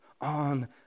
on